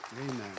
Amen